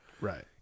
Right